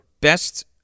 best